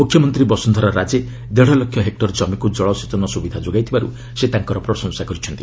ମୁଖ୍ୟମନ୍ତ୍ରୀ ବସୁନ୍ଧରା ରାଜେ ଦେଢ଼ ଲକ୍ଷ ହେକୁର ଜମିକୁ ଜଳସେଚନ ସୁବିଧା ଯୋଗାଇଥିବାରୁ ସେ ତାଙ୍କର ପ୍ରଶଂସା କରିଛନ୍ତି